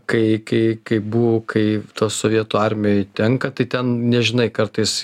kai kai kai buvo kai sovietų armijoj tenka tai ten nežinai kartais